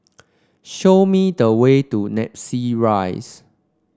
show me the way to Namly Rise